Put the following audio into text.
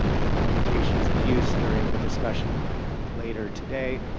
and the limitations of use during the discussion later today.